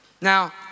now